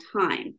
time